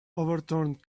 overturned